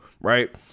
right